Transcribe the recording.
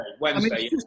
Wednesday